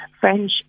French